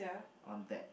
on that